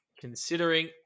considering